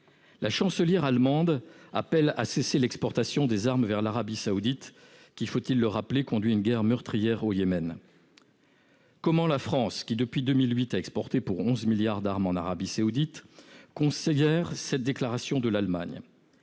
La chancelière allemande appelle à cesser l'exportation des armes vers l'Arabie saoudite, qui -faut-il le rappeler ? -conduit une guerre meurtrière au Yémen. Comment la France, qui depuis 2008 a exporté pour 11 milliards d'euros d'armes en Arabie saoudite, considère-t-elle cette déclaration de l'Allemagne ?